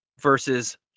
versus